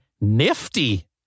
nifty